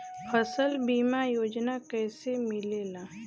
फसल बीमा योजना कैसे मिलेला?